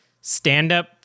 stand-up